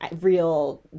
real